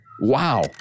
Wow